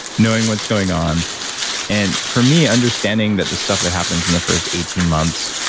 knowing what's going on and for me, understanding that the stuff that happens in the first eighteen months,